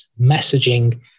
messaging